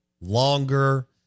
longer